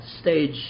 stage